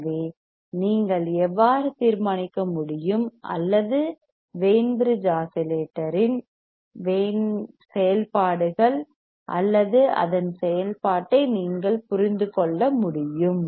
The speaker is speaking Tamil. எனவே நீங்கள் எவ்வாறு தீர்மானிக்க முடியும் அல்லது வெய்ன் பிரிட்ஜ் ஆஸிலேட்டரின் வெய்ன் பிரிட்ஜ் ஆஸிலேட்டரின் செயல்பாடுகள் அல்லது அதன் செயல்பாட்டை நீங்கள் புரிந்து கொள்ளவும் முடியும்